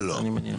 אני מניח.